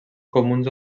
comuns